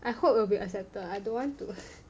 I hope will be accepted I don't want to